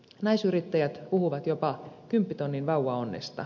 naisyrittäjät puhuvat jopa kymppitonnin vauvaonnesta